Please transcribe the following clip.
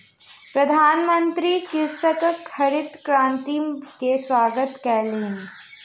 प्रधानमंत्री कृषकक हरित क्रांति के स्वागत कयलैन